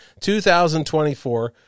2024